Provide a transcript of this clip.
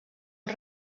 als